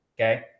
okay